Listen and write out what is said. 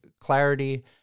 clarity